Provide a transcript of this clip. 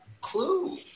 clue